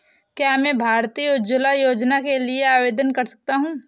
क्या मैं प्रधानमंत्री उज्ज्वला योजना के लिए आवेदन कर सकता हूँ?